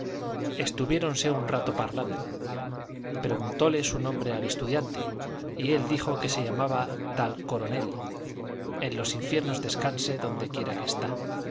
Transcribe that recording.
estuviéronse un rato parlando preguntóle su nombre al estudiante y él dijo que se llamaba tal coronel en los infiernos descanse dondequiera que está